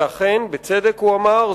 ובצדק הוא אמר,